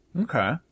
Okay